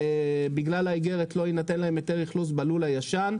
שבגלל האיגרת לא יינתן להם היתר אכלוס בלול הישן,